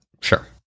Sure